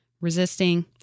resisting